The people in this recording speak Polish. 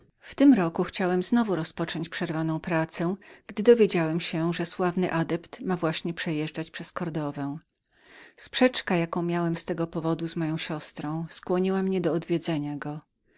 historyą tego roku już znowu chciałem rozpocząć przerwaną pracę gdy dowiedziałem się że sławny adept miał właśnie przejeżdżać przez kordowę sprzeczka jaką miałem z tego powodu z moją siostrą skłoniła mnie do odwiedzenia go